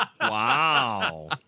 Wow